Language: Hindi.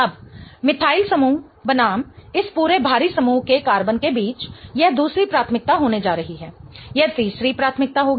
अब मिथाइल समूह बनाम इस पूरे भारी समूह के कार्बन के बीच यह दूसरी प्राथमिकता होने जा रही है यह तीसरी प्राथमिकता होगी